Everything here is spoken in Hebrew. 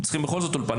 הם צריכים בכל זאת אולפן.